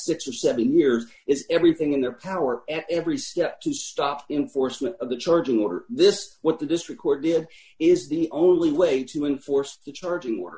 six or seven years is everything in their power at every step to stop enforcement of the charging or this what the district court did is the only way to enforce the charging more